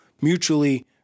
mutually